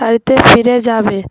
শড়িতে ফিরে যাবে